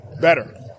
better